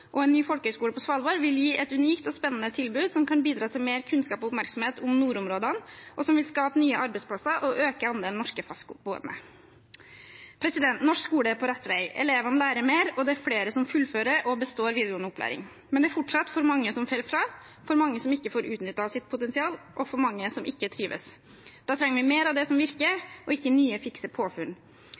og en ny folkehøyskole på Svalbard vil gi et unikt og spennende tilbud som kan bidra til mer kunnskap og oppmerksomhet om nordområdene, og som vil skape nye arbeidsplasser og øke andelen norske fastboende. Norsk skole er på rett vei. Elevene lærer mer, og det er flere som fullfører og består videregående opplæring. Men det er fortsatt for mange som faller fra, for mange som ikke får utnyttet sitt potensial, og for mange som ikke trives. Da trenger vi mer av det som virker, og ikke nye fikse påfunn.